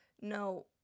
No